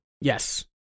Yes